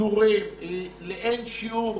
והפיטורים גדולה לאין שיעור